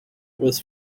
was